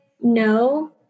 no